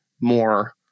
more